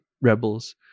rebels